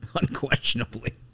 Unquestionably